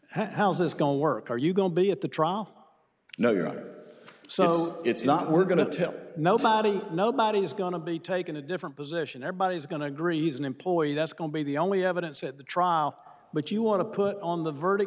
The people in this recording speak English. how's this going to work are you going to be at the trial no you so it's not we're going to tell nobody nobody is going to be taken a different position everybody's going to agree he's an employee that's going to be the only evidence at the trial but you want to put on the verdict